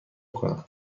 کنم